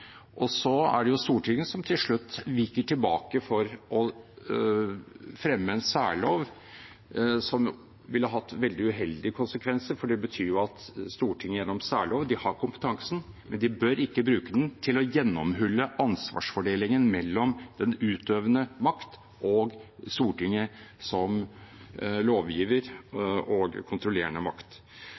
er det Stortinget som viker tilbake for å fremme en særlov, noe som ville hatt veldig uheldige konsekvenser. De har kompetansen, men de bør ikke bruke den til å gjennomhulle ansvarsfordelingen mellom den utøvende makt og Stortinget som lovgiver og kontrollerende makt.